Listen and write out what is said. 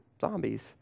zombies